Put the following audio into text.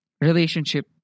relationship